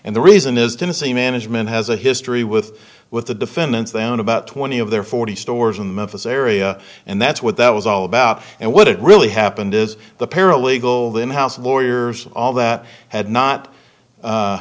and the reason is to say management has a history with with the defendants they own about twenty of their forty stores in the memphis area and that's what that was all about and what it really happened is the paralegal the in house lawyers all that had not